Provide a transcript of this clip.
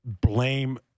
blame